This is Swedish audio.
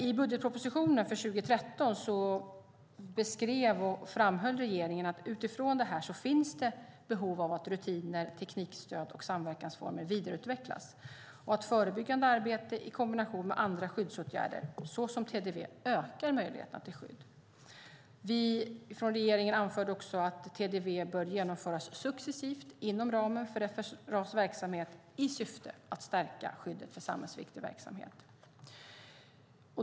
I budgetpropositionen för 2013 beskrev och framhöll regeringen att utifrån detta finns det behov av att rutiner, teknikstöd och samverkansformer vidareutvecklas och att förebyggande arbete i kombination med andra skyddsåtgärder, såsom TDV, ökar möjligheterna till skydd. Regeringen anförde också att TDV bör genomföras successivt inom ramen för FRA:s verksamhet i syfte att stärka skyddet för samhällsviktig verksamhet.